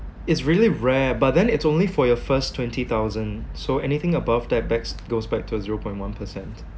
it's really rare but then it's only for your first twenty thousand so anything above that backs goes back to zero point one percent